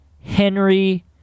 Henry